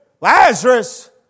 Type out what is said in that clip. Lazarus